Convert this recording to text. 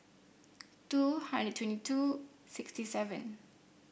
two hundred twenty two sixty seven